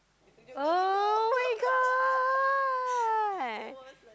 [oh]-my-god